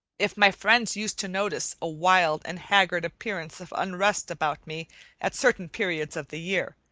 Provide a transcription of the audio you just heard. if my friends used to notice a wild and haggard appearance of unrest about me at certain periods of the year,